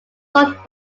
sought